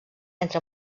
entre